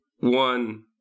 One